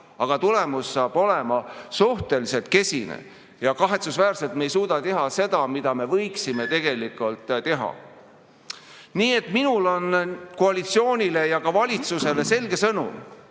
siis tulemus saab olema suhteliselt kesine ja kahetsusväärselt me ei suuda teha seda, mida me tegelikult võiksime teha. Nii et minul on koalitsioonile ja valitsusele selge sõnum: